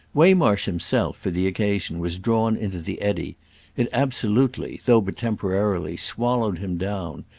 waymarsh himself, for the occasion, was drawn into the eddy it absolutely, though but temporarily, swallowed him down,